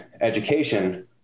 education